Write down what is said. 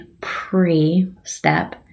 pre-step